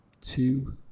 two